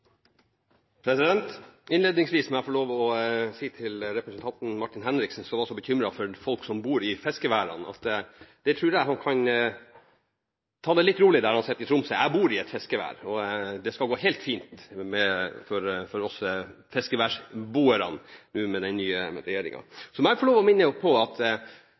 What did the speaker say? Innledningsvis må jeg få lov til å si til representanten Martin Henriksen, som var så bekymret for folk som bor i fiskeværene, at jeg tror han kan ta det litt rolig der han sitter i Tromsø. Jeg bor i et fiskevær, og det skal gå helt fint for oss fiskeværboere med den nye regjeringen. Så må jeg få lov til å minne om at